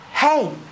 Hey